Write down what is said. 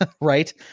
right